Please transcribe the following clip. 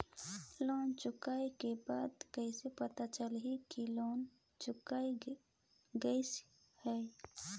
Loan चुकाय के बाद कइसे पता चलही कि लोन चुकाय गिस है?